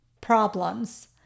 problems